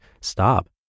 stop